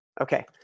Okay